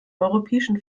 europäischen